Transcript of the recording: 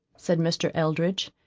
said mr. eldridge,